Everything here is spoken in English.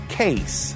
case